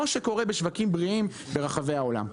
שקורה בשווקים בריאים ברחבי העולם.